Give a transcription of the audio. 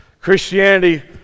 Christianity